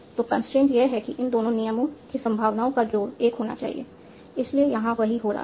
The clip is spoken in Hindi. तो कंस्ट्रेंट यह है कि इन दो नियमों की संभावनाओं का जोड़ 1 होना चाहिए इसलिए यहां वही हो रहा है